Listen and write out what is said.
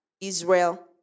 Israel